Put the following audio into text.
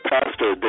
Pastor